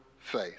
faith